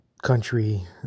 country